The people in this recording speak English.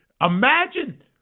Imagine